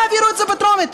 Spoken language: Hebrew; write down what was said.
תעבירו את זה בטרומית.